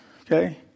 Okay